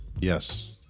Yes